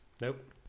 Nope